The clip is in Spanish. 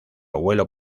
abuelo